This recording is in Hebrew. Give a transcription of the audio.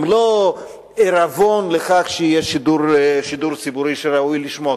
הם לא עירבון לכך שיהיה שידור ציבורי ראוי לשמו,